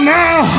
now